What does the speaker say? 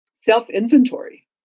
self-inventory